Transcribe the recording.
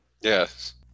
Yes